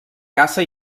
caça